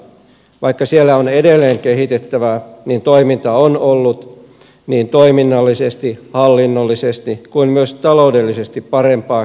vaikka siellä on edelleen kehitettävää toiminta on ollut niin toiminnallisesti hallinnollisesti kuin myös taloudellisesti parempaa kuin ennen